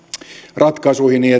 ratkaisuihin niin